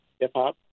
hip-hop